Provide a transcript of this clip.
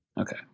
Okay